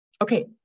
Okay